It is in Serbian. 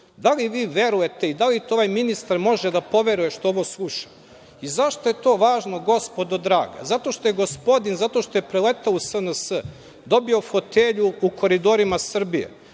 Da li vi verujete i da li to ovaj ministar može da poveruje što ovo sluša? Zašto je to važno, gospodo draga? Zato što je gospodin preleteo u SNS, dobio fotelju u Koridorima Srbije.